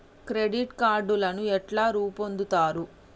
Credit కార్డులను ఎట్లా పొందుతరు?